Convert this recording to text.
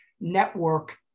network